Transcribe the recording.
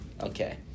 okay